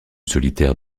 solitaire